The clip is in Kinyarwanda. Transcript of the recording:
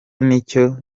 nicyo